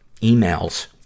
emails